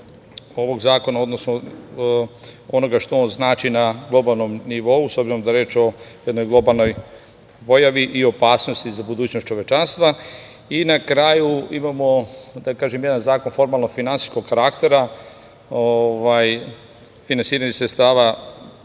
ovog zakona, odnosno onoga što on znači na globalnom nivou, s obzirom da je reč o jednoj globalnoj pojavi i opasnosti za budućnost čovečanstva. Na kraju imamo, da tako kažem, jedan zakon formalno finansijskog karaktera, finansiranje sredstava